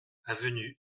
avenue